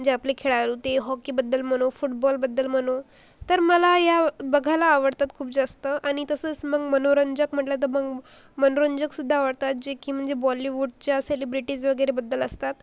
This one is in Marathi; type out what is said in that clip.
जे आपले खेळाडू ते हॉकीबद्दल म्हणो फुटबॉलबद्दल म्हणो तर मला या बघायला आवडतात खूप जास्त आणि तसंस मग मनोरंजक म्हटलं तर मग मनोरंजकसुद्धा आवडतात जे की म्हणजे बॉलीवूडच्या सेलिब्रेटीज वगैरेबद्दल असतात